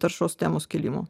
taršos temos kėlimu